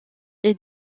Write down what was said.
est